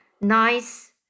Nice